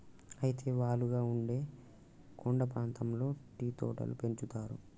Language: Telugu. అయితే వాలుగా ఉండే కొండ ప్రాంతాల్లో టీ తోటలు పెంచుతారు